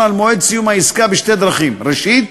על מועד סיום העסקה בשתי דרכים: ראשית,